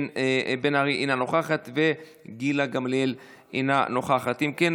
בן ארי, אינה נוכחת, גילה גמליאל אינה נוכחת.